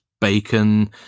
bacon